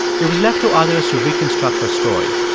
it was left to others to reconstruct her story.